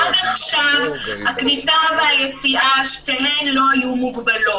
עד עכשיו הכניסה והיציאה שתיהן לא היו מוגבלות.